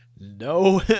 No